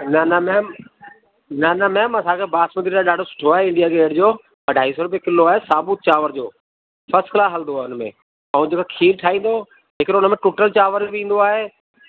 न न मेम न न मेम असांखे बासमती त ॾाढो सुठो आहे इंडिया गेट जो अढाई सौ रुपए किलो आहे साबुत चांवर जो फ़र्स्ट क्लास हलंदो आहे उनमें ऐं जेको खीर ठाहींदो हिकिड़ो हुनमें टुटल चांवर बि ईंदो आहे